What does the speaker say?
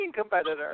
competitor